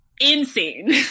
insane